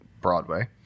broadway